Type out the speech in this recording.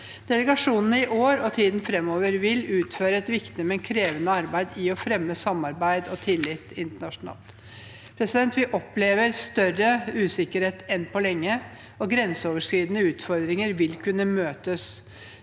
Delegasjonene vil i år og i tiden framover utføre et viktig, men krevende arbeid i å fremme samarbeid og tillit internasjonalt. Vi opplever større usikkerhet enn på lenge, og grenseoverskridende utfordringer vil bare kunne møtes